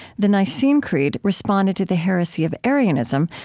the nicene creed responded to the heresy of arianism,